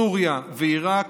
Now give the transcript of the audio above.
סוריה ועיראק.